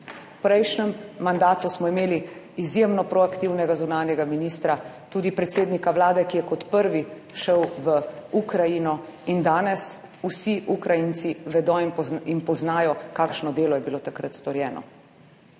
V prejšnjem mandatu smo imeli izjemno proaktivnega zunanjega ministra, tudi predsednika Vlade, ki je kot prvi šel v Ukrajino in danes vsi Ukrajinci vedo in poznajo kakšno delo je bilo takrat storjeno.